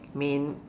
may